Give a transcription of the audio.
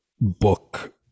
book